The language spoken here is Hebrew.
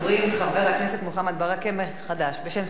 חבר הכנסת מוחמד ברכה בשם סיעת חד"ש.